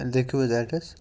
لیٚکھِو حظ اٮ۪ڈرس